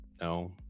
no